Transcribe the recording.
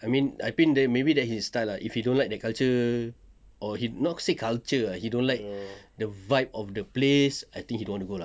I mean I think dia maybe that his style ah if he don't like that culture or not say culture ah he don't like the vibe of the place I think he don't want to go lah